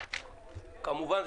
כמובן,